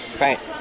Right